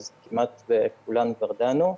אז בכולן כמעט כבר דנו .